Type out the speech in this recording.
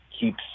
keeps